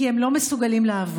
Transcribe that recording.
כי הם לא מסוגלים לעבוד.